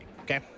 Okay